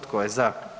Tko je za?